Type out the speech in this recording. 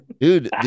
Dude